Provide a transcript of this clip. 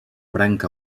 branca